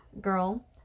girl